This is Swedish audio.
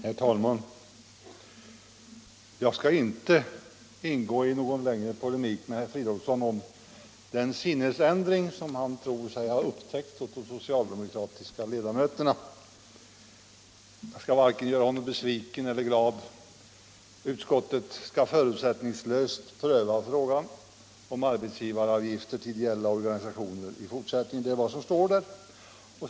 Herr talman! Jag skall inte ingå i någon längre polemik med herr Fridolfsson om den sinnesändring som han tror sig ha upptäckt hos de socialdemokratiska ledamöterna, och jag skall inte göra honom vare sig besviken eller glad. Utskottet skall förutsättningslöst pröva frågan om arbetsgivaravgifter för ideella organisationer i fortsättningen — det är vad som står i betänkandet.